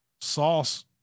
sauce